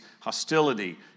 hostility